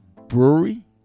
brewery